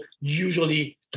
usually